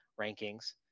rankings